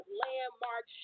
landmark